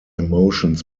motions